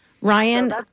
Ryan